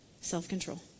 Self-control